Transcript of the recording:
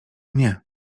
nie